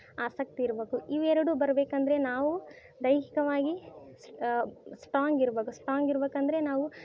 ಆಸಕ್ತಿ ಇರ್ಬೇಕು ಇವೆರಡು ಬರಬೇಕಂದ್ರೆ ನಾವು ದೈಹಿಕವಾಗಿ ಸ್ ಸ್ಟ್ರಾಂಗ್ ಇರ್ಬೇಕು ಸ್ಟ್ರಾಂಗ್ ಇರ್ಬೇಕಂದ್ರೆ ನಾವು